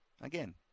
again